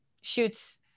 shoots